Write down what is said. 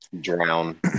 Drown